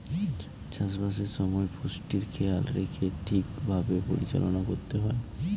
চাষবাসের সময় পুষ্টির খেয়াল রেখে ঠিক ভাবে পরিচালনা করতে হয়